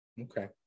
Okay